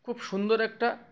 খুব সুন্দর একটা